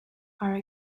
are